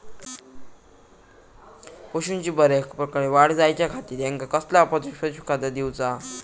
पशूंची बऱ्या प्रकारे वाढ जायच्या खाती त्यांका कसला पशुखाद्य दिऊचा?